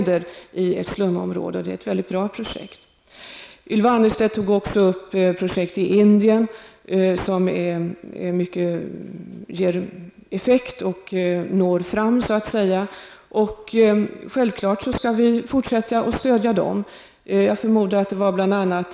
Det rör sig om ett slumområde och är ett mycket bra projekt. Ylva Annerstedt nämnde också ett indiskt projekt som ger effekt och som så att säga når fram. Självfallet skall vi fortsätta att stödja på det här området.